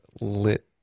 lit